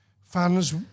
fans